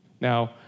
Now